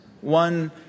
One